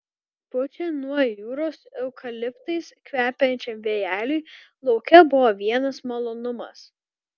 pučiant nuo jūros eukaliptais kvepiančiam vėjeliui lauke buvo vienas malonumas